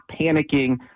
panicking